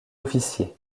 officier